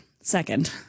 second